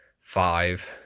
five